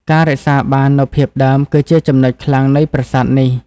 ការរក្សាបាននូវភាពដើម គឺជាចំណុចខ្លាំងនៃប្រាសាទនេះ។